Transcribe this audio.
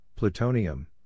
Plutonium